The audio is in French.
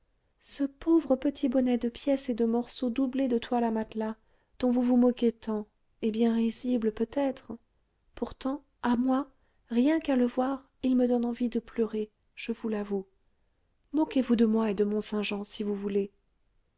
ce pauvre petit bonnet de pièces et de morceaux doublé de toile à matelas dont vous vous moquez tant est bien risible peut-être pourtant à moi rien qu'à le voir il me donne envie de pleurer je vous l'avoue moquez-vous de moi et de mont-saint-jean si vous voulez